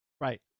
Right